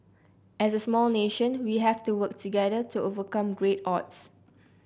as a small nation we have to work together to overcome great odds